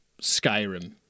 Skyrim